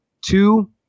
Two